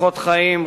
אורחות חיים,